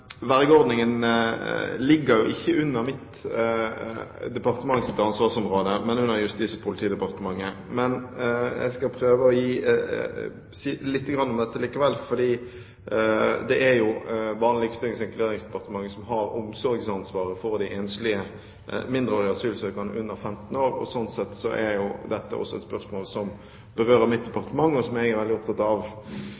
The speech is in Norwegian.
Vergeordningen ligger ikke under mitt departements ansvarsområde, men under Justis- og politidepartementet. Men jeg skal prøve å si litt om dette likevel, fordi det er jo Barne-, likestillings- og inkluderingsdepartement som har omsorgsansvaret for de enslige mindreårige asylsøkerne under 15 år, og sånn sett er dette et spørsmål som berører mitt